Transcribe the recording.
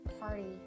party